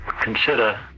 consider